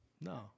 No